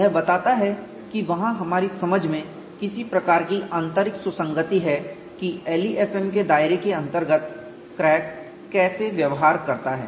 यह बताता है कि वहां हमारी समझ में किसी प्रकार की आंतरिक सुसंगति है कि LEFM की दायरे के अंतर्गत क्रैक कैसे व्यवहार करता है